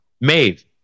Maeve